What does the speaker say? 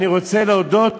אני רוצה להודות